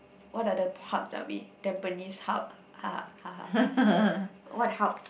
what are the hubs are we Tampines Hub what hub